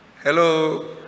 Hello